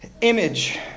image